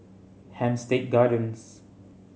Hampstead Gardens